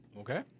Okay